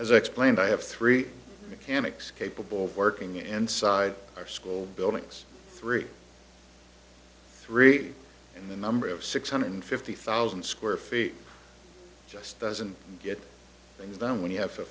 i explained i have three mechanics capable of working and side of school buildings three three and the number of six hundred fifty thousand square feet just doesn't get things done when you have a